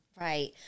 Right